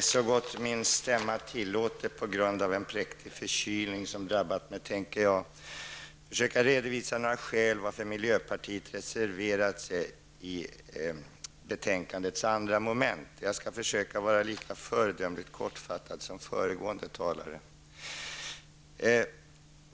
Så gott som min stämma det tillåter trots en präktig förkylning som drabbat mig skall jag försöka redovisa några skäl till att miljöpartiet reserverat sig beträffande mom. 2 i utskottets hemställan. Jag skall försöka vara lika föredömligt kortfattad som föregående talare.